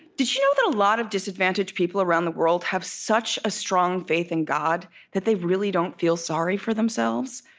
did you know that a lot of disadvantaged people around the world have such a strong faith in god that they really don't feel sorry for themselves?